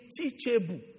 teachable